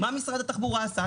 מה משרד התחבורה עשה?